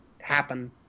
happen